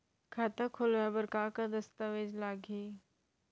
खाता खोलवाय बर का का दस्तावेज लागही?